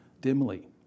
dimly